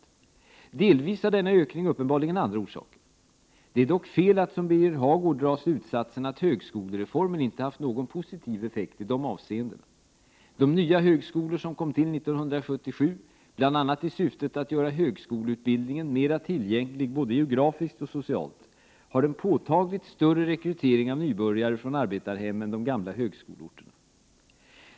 Till en del har denna ökning uppenbarligen andra orsaker. Det är dock fel att, som Birger Hagård gör, dra slutsatsen att högskolereformen inte har haft någon positiv effekt i dessa avseenden. De nya högskolor som kom till 1977, bl.a. i syfte att göra högskoleutbildningen mera tillgänglig både geografiskt och socialt, har en påtagligt större rekrytering av nybörjare från arbetarhem än de gamla högskoleorterna.